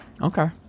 Okay